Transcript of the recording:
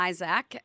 Isaac